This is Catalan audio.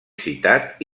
citat